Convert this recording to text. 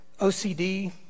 OCD